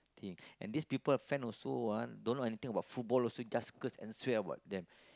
think and these people are fan also ah don't know anything about football also just curse and swear about them